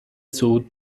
صعود